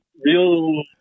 real